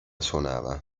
suonava